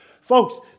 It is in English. Folks